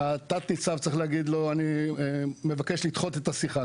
התת-ניצב צריך להגיד לו: אני מבקש לדחות את השיחה.